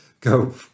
go